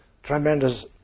Tremendous